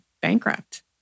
bankrupt